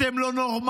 אתם לא נורמליים.